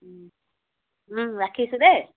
ৰাখিছোঁ দেই